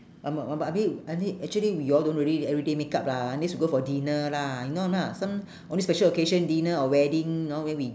um I mean I mean actually we all don't really need everyday makeup lah unless we go for dinner lah you know lah some only special occasion dinner or wedding you know then we